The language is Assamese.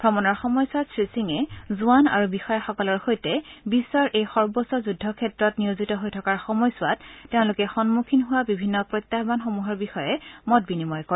ভ্ৰমণৰ সময়ছোৱাত শ্ৰীসিঙে জোৱান আৰু বিষয়াসকলৰ সৈতে বিশ্বৰ এই সৰ্বোচ্চ যুদ্ধক্ষেত্ৰত নিয়োজিত হৈ থকাৰ সময়ছোৱাত তেওঁলোক সন্মুখীন হোৱা বিভিন্ন প্ৰত্যাহানসমূহৰ বিষয়ে মত বিনিময় কৰে